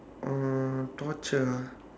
uh torture ah